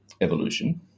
evolution